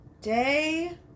Day